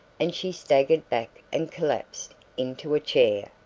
and she staggered back and collapsed into a chair.